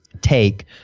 take